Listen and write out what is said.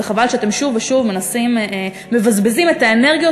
וחבל שאתם שוב ושוב מבזבזים את האנרגיות